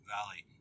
Valley